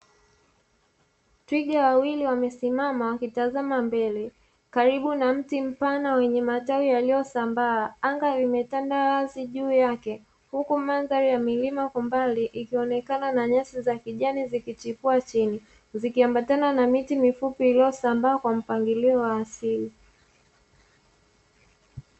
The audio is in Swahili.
Twiga wawili wamesima wakitazama mbele karibu na mti mpana wenye matawi yaliyosambaa anga limetanda wazi juu yake, huku madhari ya milima kwa mbali ikionekana na nyasi ya kijani zikichipia chini ikionekana zikiambatana na miti mifupi iliyosambaa kwa mpangilio wa asili.